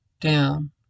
down